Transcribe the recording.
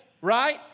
right